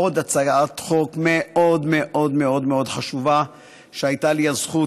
עוד הצעת חוק מאוד מאוד מאוד מאוד חשובה שהייתה לי הזכות,